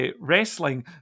wrestling